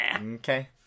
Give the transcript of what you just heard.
okay